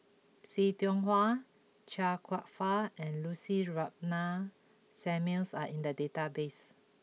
See Tiong Wah Chia Kwek Fah and Lucy Ratnammah Samuels are in the database